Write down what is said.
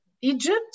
Egypt